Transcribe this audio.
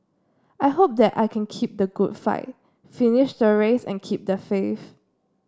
I hope that I can keep the good fight finish the race and keep the faith